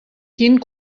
quin